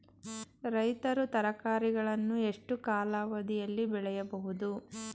ರೈತರು ತರಕಾರಿಗಳನ್ನು ಎಷ್ಟು ಕಾಲಾವಧಿಯಲ್ಲಿ ಬೆಳೆಯಬಹುದು?